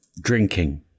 drinking